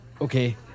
okay